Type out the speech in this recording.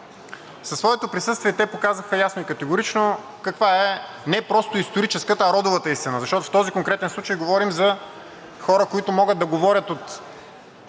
Със своето присъствие те показаха ясно и категорично каква е не просто историческата, а родовата истина, защото в този конкретен случай говорим за хора, които могат да говорят от